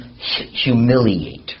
humiliate